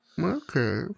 Okay